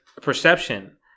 perception